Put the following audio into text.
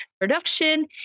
production